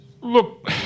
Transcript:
look